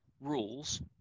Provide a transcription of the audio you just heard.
rules